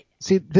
see